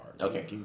Okay